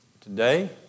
today